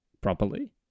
properly